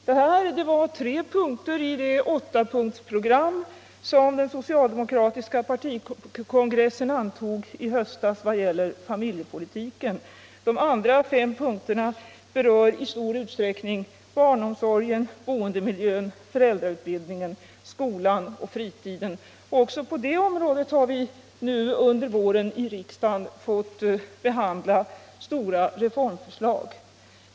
Detta var tre punkter i det åttapunktsprogram för familjepolitiken som den socialdemokratiska partikongressen antog i höstas. De andra fem punkterna berör i stor utsträckning barnomsorgen, boendemiljön, föräldrautbildningen, skolan och fritiden. Också på de områdena har vi nu under våren i riksdagen fått behandla stora reformförslag.